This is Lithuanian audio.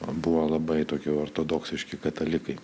buvo labai tokie ortodoksiški katalikai